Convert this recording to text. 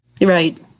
right